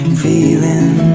feeling